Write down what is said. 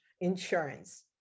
insurance